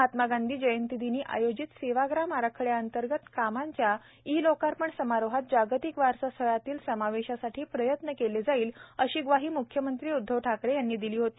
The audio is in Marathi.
महात्मा गांधी जयंतीदिनी आयोजित सेवाग्राम आराखड्यांतर्गत कामांच्या ई लोकार्पण समारोहात जागतिक वारसा स्थळातील समावेशासाठी प्रयत्न केले जाईल अशी ग्वाही म्ख्यमंत्री उद्धव ठाकरे यांनी दिली होती